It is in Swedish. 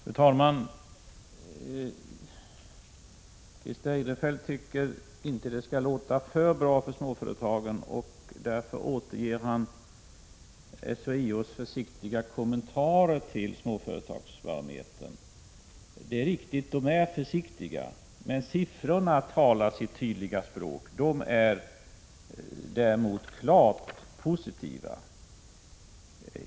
Fru talman! Christer Eirefelt vill inte att lönsamheten i småföretagen skall framstå som alltför positiv, och därför återger han SHIO:s försiktiga kommentarer till Småföretagsbarometern. Det är riktigt att kommentarerna är försiktiga, men siffrorna talar sitt tydliga språk. De är däremot klart positiva.